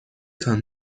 تان